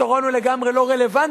הפתרון הוא לגמרי לא רלוונטי